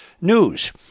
News